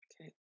Okay